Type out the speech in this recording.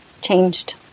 changed